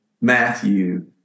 Matthew